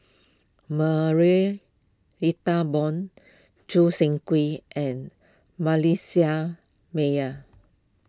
Marie Ethel Bong Choo Seng Quee and Meyer